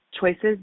choices